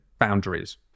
boundaries